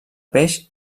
peix